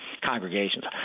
congregations